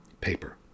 paper